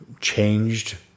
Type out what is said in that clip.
changed